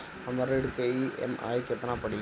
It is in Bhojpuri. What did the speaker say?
हमर ऋण के ई.एम.आई केतना पड़ी?